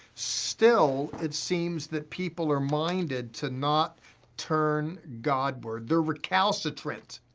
still, it seems that people are minded to not turn god-ward. they're recalcitrant.